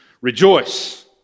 Rejoice